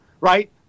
right